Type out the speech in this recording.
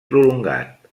prolongat